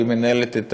שמנהלת את